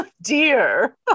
dear